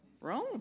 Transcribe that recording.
Rome